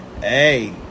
Hey